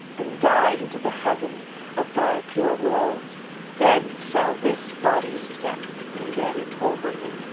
and die into the heaven of thy pure will then shall this body's death be very tolerable.